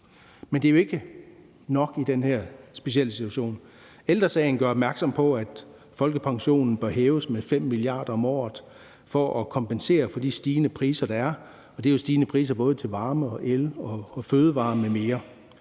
Men det er jo ikke nok i den her specielle situation. Ældre Sagen gør opmærksom på, at folkepensionen bør hæves med 5 mia. kr. om året for at kompensere for de stigende priser, der er, og det er jo stigende priser både på varme, el og fødevarer m.m.